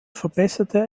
verbesserte